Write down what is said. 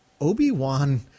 Obi-Wan